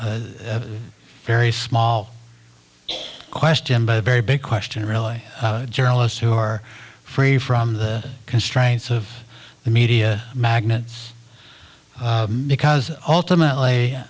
very small question but a very big question really journalists who are free from the constraints of the media magnet because ultimately